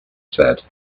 said